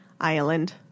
Ireland